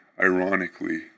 Ironically